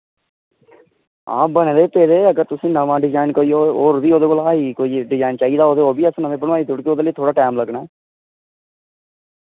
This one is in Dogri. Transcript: हां बने दे पेदे अगर तुसें नमां डिजाइन कोई ओह और बी ओह्दे कोला हाई कोई डिजाइन चाहिदा हो ते ओह् अस नमें बनवाई देऊड़गे ओह्दे लेई थोह्ड़ा टैम लग्गना